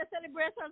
celebration